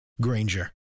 Granger